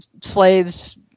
slaves